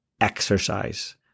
exercise